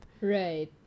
Right